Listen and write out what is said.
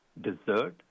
Dessert